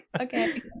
Okay